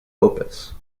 opus